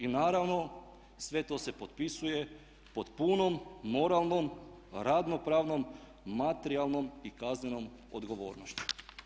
I naravno sve to se potpisuje pod punom, moralnom, radno-pravnom, materijalnom i kaznenom odgovornošću.